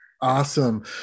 Awesome